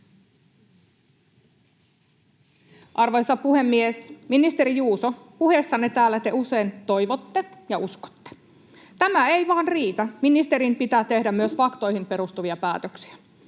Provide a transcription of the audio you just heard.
Arvoisa puhemies! Ministeri Juuso, puheessanne täällä te usein toivotte ja uskotte. Tämä ei vain riitä. Ministerin pitää tehdä myös faktoihin perustuvia päätöksiä.